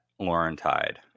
Laurentide